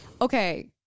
Okay